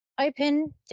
Open